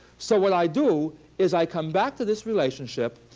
so what i do is i come back to this relationship.